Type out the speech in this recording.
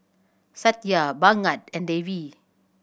Satya Bhagat and Devi